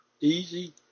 easy